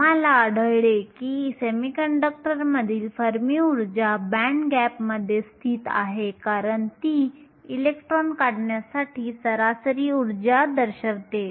आम्हाला आढळले की सेमीकंडक्टरमधील फर्मी ऊर्जा बँड गॅपमध्ये स्थित आहे कारण ती इलेक्ट्रॉन काढण्यासाठी सरासरी उर्जा दर्शवते